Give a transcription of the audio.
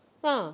ha